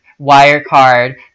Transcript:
Wirecard